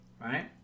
right